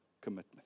commitment